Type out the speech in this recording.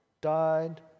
died